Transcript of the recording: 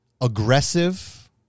aggressive